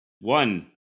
One